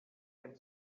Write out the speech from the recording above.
can